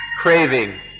craving